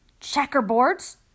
checkerboards